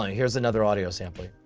here's another audio sampling.